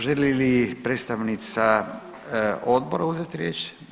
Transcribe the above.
Želi li predstavnica odbora uzeti riječ?